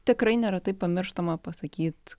tikrai neretai pamirštama pasakyt